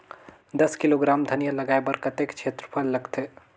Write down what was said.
दस किलोग्राम धनिया लगाय बर कतेक क्षेत्रफल लगथे?